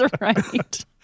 right